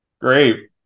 great